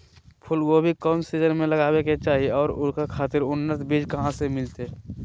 फूलगोभी कौन सीजन में लगावे के चाही और ओकरा खातिर उन्नत बिज कहा से मिलते?